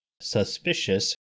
suspicious